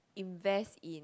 invest in